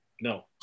No